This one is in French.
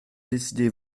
décidez